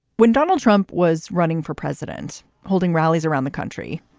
when donald trump was running for president, holding rallies around the country,